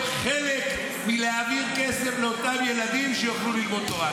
חלק מלהעביר כסף לאותם ילדים שיוכלו ללמוד תורה.